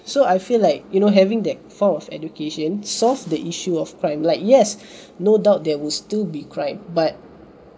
so I feel like you know having that form of education solve the issue of crime like yes no doubt there will still be crime but